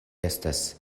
estas